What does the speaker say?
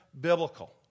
biblical